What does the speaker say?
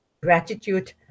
gratitude